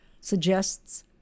suggests